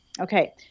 Okay